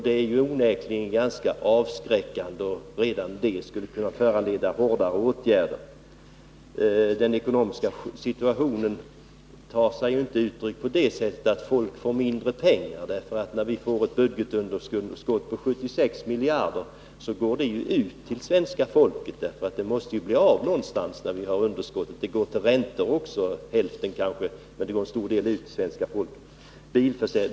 Det är onekligen avskräckande, och redan det skulle kunna föranleda hårdare åtgärder. Den ekonomiska situationen tar sig inte uttryck i att folk får mindre pengar. Ett budgetunderskott på 76 miljarder innebär att likviditet går ut till svenska folket. Det måste ju ta vägen någonstans. En del, kanske hälften, går till räntor, men det går till stor del ut till svenska folket.